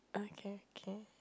okay okay